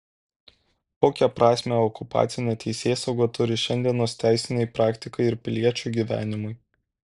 kokią prasmę okupacinė teisėsauga turi šiandienos teisinei praktikai ir piliečių gyvenimui